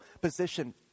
position